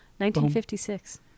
1956